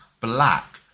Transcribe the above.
black